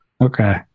Okay